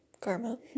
Karma